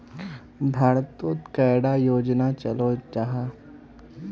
भारत तोत कैडा योजना चलो जाहा?